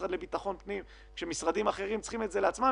כשהמשרד לביטחון פנים צריכים לעצמם,